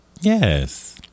yes